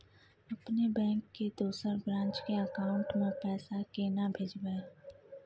अपने बैंक के दोसर ब्रांच के अकाउंट म पैसा केना भेजबै?